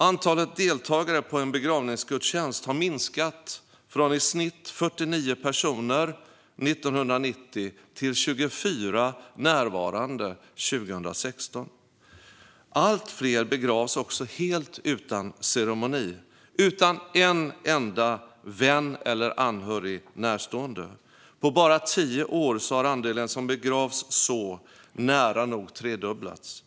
Antalet deltagare på en begravningsgudstjänst har minskat från i snitt 49 personer 1990 till 24 närvarande 2016. Allt fler begravs också helt utan ceremoni - utan en enda vän eller anhörig närvarande. På bara tio år har andelen som begravs så nära nog tredubblats.